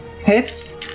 Hits